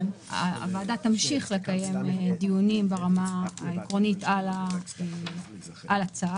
הוועדה תמשיך לקיים דיונים ברמה העקרונית על הצו.